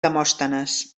demòstenes